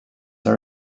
are